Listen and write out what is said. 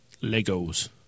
Legos